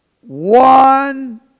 one